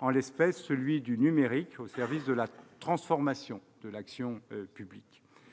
en l'espèce celui du numérique au service de la transformation de l'action publique.